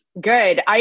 Good